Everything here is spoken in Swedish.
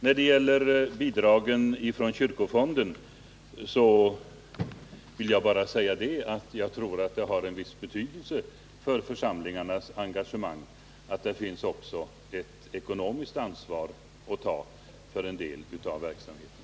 När det gäller bidragen från kyrkofonden vill jag bara säga, att jag tror att det har en viss betydelse för församlingarnas engagemang att de också har att ta ett ekonomiskt ansvar för en del av verksamheten.